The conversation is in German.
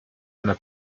einer